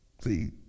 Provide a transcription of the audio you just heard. See